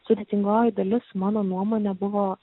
sudėtingoji dalis mano nuomone buvo